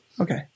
Okay